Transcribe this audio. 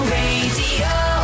Radio